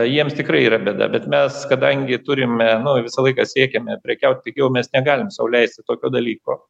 jiems tikrai yra bėda bet mes kadangi turime visą laiką siekiame prekiaut pigiau mes negalim sau leisti tokio dalyko